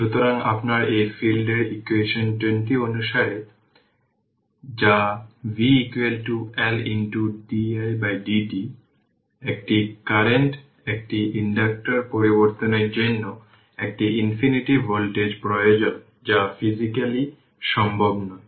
সুতরাং আপনার এই ফিল্ড এর ইকুয়েশন 20 অনুসারে যা v L didt একটি কারেন্টে একটি ইন্ডাক্টর পরিবর্তনের জন্য একটি ইনফিনিটি ভোল্টেজ প্রয়োজন যা ফিজিক্যালি সম্ভব নয়